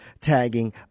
tagging